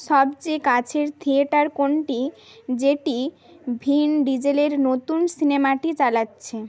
সবচেয়ে কাছের থিয়েটার কোনটি যেটি ভিন ডিজেলের নতুন সিনেমাটি চালাচ্ছে